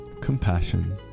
compassion